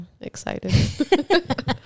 excited